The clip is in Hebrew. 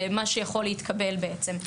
מה שיכול להתקבל בעצם.